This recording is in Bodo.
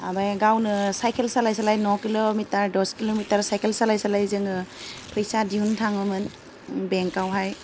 ओमफ्राय गावनो साइखेल सालाय सालाय नौ किल'मिटार दस किल'मिटार साइकेल सालाय सालाय जोङो फैसा दिहुननो थाङोमोन बेंकआवहाय